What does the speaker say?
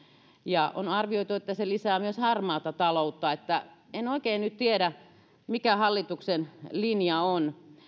ja on arvioitu että se lisää myös harmaata taloutta eli en oikein nyt tiedä mikä hallituksen linja on